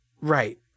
Right